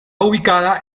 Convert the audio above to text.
ubicada